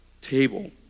table